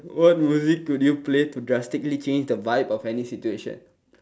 what music would you play to drastically change the vibe of any situation